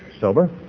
sober